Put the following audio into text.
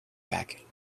packing